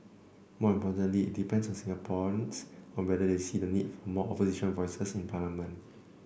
more importantly it depends on Singaporeans on whether they see the need for more opposition voices in parliament